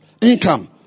Income